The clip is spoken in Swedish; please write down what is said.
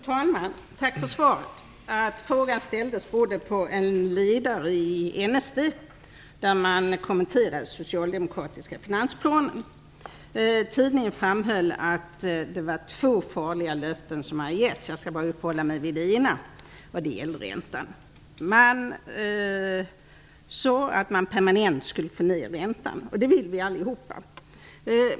Fru talman! Jag tackar för svaret. Att frågan ställts beror på en ledare i NST, där man kommenterar den socialdemokratiska finansplanen. Tidningen framhåller att två farliga löften har getts, men jag skall bara uppehålla mig vid det ena som gäller räntan. Det står i tidningen att man sagt att man permanent skulle få ned räntan, och det vill vi ju alla.